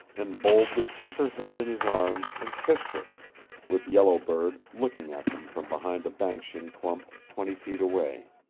and boldly took her head in his arms and kissed her with yellow bird looking at them from behind a banksian clump twenty feet away.